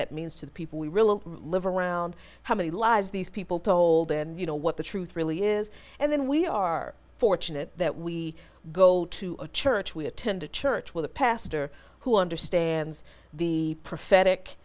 really live around how many lives these people told and you know what the truth really is and then we are fortunate that we go to a church we attend a church with a pastor who understands the prophetic